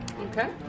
Okay